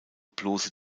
bloße